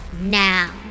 Now